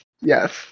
Yes